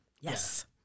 yes